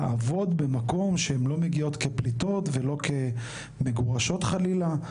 לעבוד במקום שהן לא מגיעות כפליטות ולא כמגורשות חלילה.